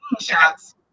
shots